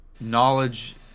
knowledge